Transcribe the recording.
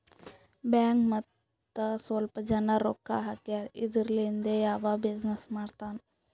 bank ಮತ್ತ ಸ್ವಲ್ಪ ಜನ ರೊಕ್ಕಾ ಹಾಕ್ಯಾರ್ ಇದುರ್ಲಿಂದೇ ಅವಾ ಬಿಸಿನ್ನೆಸ್ ಮಾಡ್ತಾನ್